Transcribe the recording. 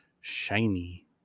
shiny